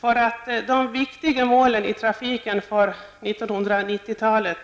För att de viktiga målen i trafiken för 1990-talet